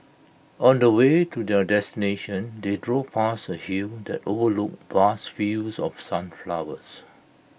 on the way to their destination they drove past A hill that overlooked vast fields of sunflowers